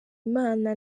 imana